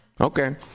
Okay